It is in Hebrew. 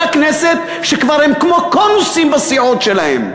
הכנסת שכבר הם כמו קונוסים בסיעות שלהם.